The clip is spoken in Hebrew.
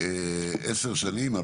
10 שנים,